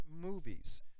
movies